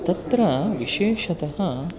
तत्र विशेषतः